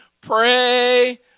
pray